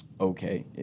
okay